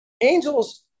Angels